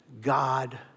God